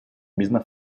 misma